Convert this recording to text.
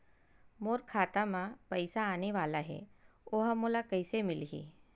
मोर खाता म पईसा आने वाला हे ओहा मोला कइसे मिलही?